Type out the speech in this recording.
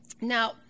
Now